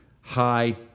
high